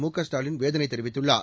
முகஸ்டாலின் வேதனை தெரிவித்துள்ளார்